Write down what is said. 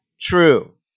True